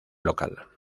local